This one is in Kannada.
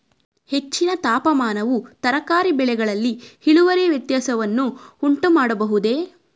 ಹೆಚ್ಚಿನ ತಾಪಮಾನವು ತರಕಾರಿ ಬೆಳೆಗಳಲ್ಲಿ ಇಳುವರಿ ವ್ಯತ್ಯಾಸವನ್ನು ಉಂಟುಮಾಡಬಹುದೇ?